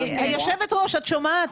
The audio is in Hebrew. הינה, יושבת-הראש, את שומעת?